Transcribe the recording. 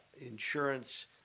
insurance